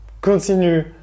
continue